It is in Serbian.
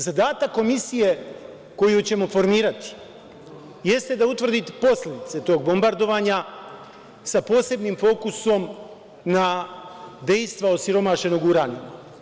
Zadatak komisije koju ćemo formirati jeste da utvrdi posledice tog bombardovanja, sa posebnim fokusom na dejstva osiromašenog uranijuma.